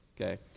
Okay